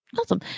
awesome